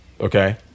Okay